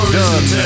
done